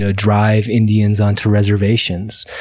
ah drive indians onto reservations.